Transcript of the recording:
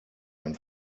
ein